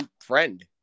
friend